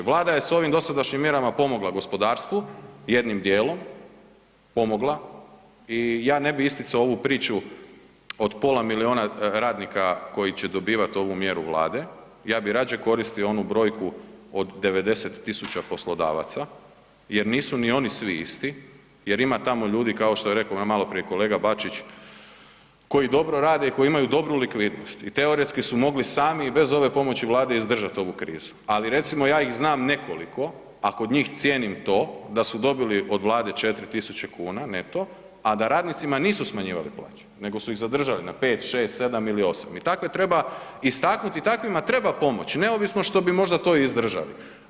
Vlada je s ovim dosadašnjim mjerama pomogla gospodarstvu, jednim djelom pomogla i ja ne bi isticao ovu priču od pola milijuna radnika koji će dobivat ovu mjeru Vlade, ja bi radije koristio onu brojku od 90 000 poslodavaca jer nisu ni oni svi isti, jer ima tamo ljudi kao što je rekao maloprije kolega Bačić, koji dobro rade i koji imaju dobru likvidnost i teoretski su mogli sami i bez ove pomoći Vlade izdržat ovu krizu, ali recimo ja ih znam nekoliko a kod njih cijenim to da su dobili od Vlade 4000 kn neto a da radnicima nisu smanjivali plaće nego su ih zadržali na 5, 6, 7 ili 8. I takve treba istaknuti i takvima treba pomoći neovisno što bi možda to izdržali.